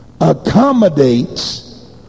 accommodates